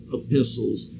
epistles